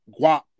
guap